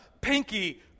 pinky